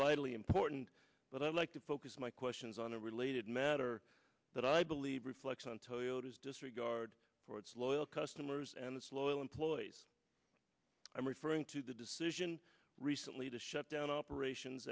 vitally important but i'd like to focus my questions on a related matter that i believe reflects on toyota's disregard for its loyal customers and its loyal employees i'm referring to the decision recently to shut down operations